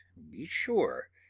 be sure,